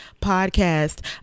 podcast